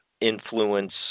influence